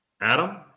Adam